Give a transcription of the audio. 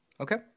Okay